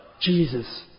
Jesus